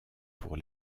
pour